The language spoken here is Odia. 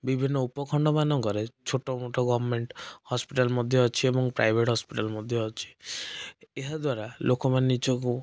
ବିଭିନ୍ନ ଉପଖଣ୍ଡ ମାନଙ୍କରେ ଛୋଟମୋଟ ଗଭର୍ଣ୍ଣମେଣ୍ଟ ହସ୍ପିଟାଲ ମଧ୍ୟ ଅଛି ଏବଂ ପ୍ରାଇଭେଟ୍ ହସ୍ପିଟାଲ ମଧ୍ୟ ଅଛି ଏହାଦ୍ୱାରା ଲୋକମାନେ ନିଜକୁ